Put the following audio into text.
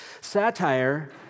Satire